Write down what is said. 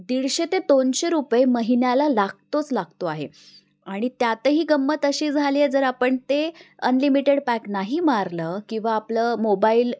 दीडशे ते दोनशे रुपये महिन्याला लागतोच लागतो आहे आणि त्यातही गम्मत अशी झाली आहे जर आपण ते अनलिमिटेड पॅक नाही मारलं किंवा आपलं मोबाईल